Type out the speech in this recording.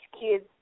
kids